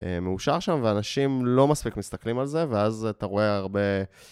מאושר שם, ואנשים לא מספיק מסתכלים על זה, ואז אתה רואה הרבה...